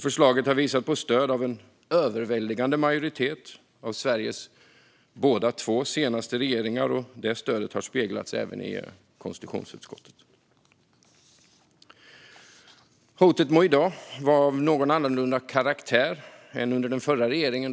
Förslaget har haft stöd från en överväldigande majoritet under Sveriges båda senaste regeringar, och det stödet har speglats även i konstitutionsutskottet. Hotet må i dag vara av något annorlunda karaktär än under den förra regeringen.